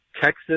Texas